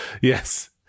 Yes